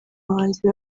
bahanzi